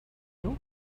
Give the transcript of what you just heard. you